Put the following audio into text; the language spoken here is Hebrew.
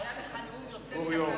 היה לך נאום יוצא מן הכלל.